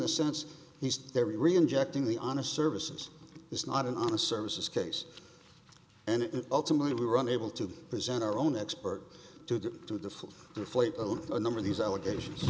the sense he says they re injecting the honest services is not an honest services case and ultimately we were unable to present our own expert to get to the full deflate of the number of these allegations